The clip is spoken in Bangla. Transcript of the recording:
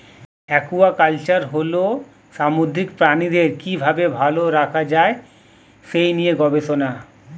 একুয়াকালচার হল সামুদ্রিক প্রাণীদের কি ভাবে ভালো রাখা যায় সেই নিয়ে গবেষণা